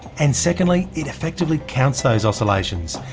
and secondly, it effectively counts those oscillations,